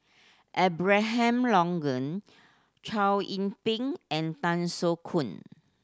Abraham Logan Chow Ying Ping and Tan Soo Khoon